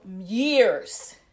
years